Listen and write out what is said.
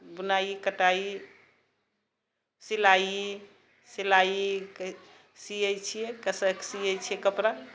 बुनाइ कटाइ सिलाइ सिलाइके सियै छियै सियै छियै कपड़ा